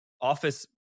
office